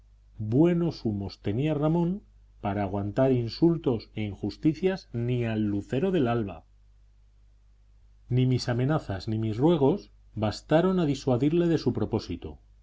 buenos humos tenía ramón para aguantar insultos e injusticias ni al lucero del alba ni mis amenazas ni mis ruegos bastaron a disuadirle de su propósito